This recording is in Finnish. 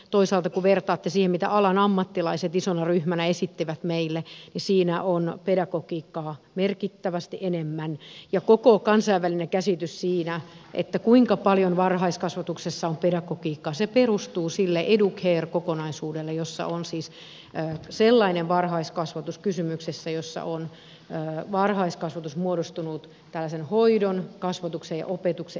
toisaalta kun vertaatte siihen mitä alan ammattilaiset isona ryhmänä esittivät meille niin siinä on pedagogiikkaa merkittävästi enemmän ja koko kansainvälinen käsitys siinä kuinka paljon varhaiskasvatuksessa on pedagogiikkaa perustuu sille educare kokonaisuudelle jossa on siis sellainen varhaiskasvatus kysymyksessä jossa on varhaiskasvatus muodostunut tällaisen hoidon kasvatuksen ja opetuksen elementeistä